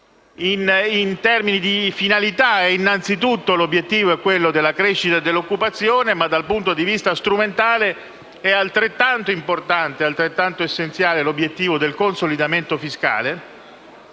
In termini di finalità, l'obiettivo è innanzitutto quello della crescita e dell'occupazione, ma dal punto di vista strumentale è altrettanto importante ed essenziale l'obiettivo del consolidamento fiscale